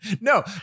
no